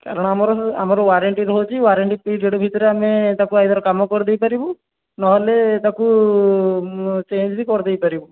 କାରଣ ଆମର ଆମର ୱାରେଣ୍ଟି ରହୁଛି ୱାରେଣ୍ଟି ପିରିଅଡ଼୍ ଭିତରେ ଆମେ ତା'କୁ ଆଇଦର୍ କାମ କରିଦେଇ ପାରିବୁ ନହେଲେ ତା'କୁ ଚେଞ୍ଜ୍ ବି କରିଦେଇ ପାରିବୁ